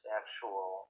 actual